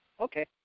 Okay